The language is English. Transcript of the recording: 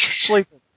sleeping